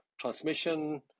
transmission